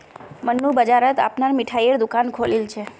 मन्नू बाजारत अपनार मिठाईर दुकान खोलील छ